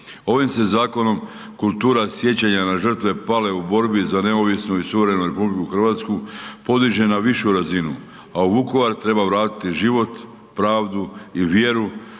Ovim se zakonom kultura sjećanja na žrtve pale u borbi za neovisnu i suverenu RH podiže na višu razinu, a u Vukovar treba vratiti život, pravdu i vjeru